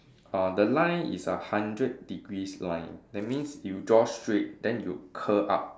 uh the line is a hundred degrees line that means you draw straight then you curl up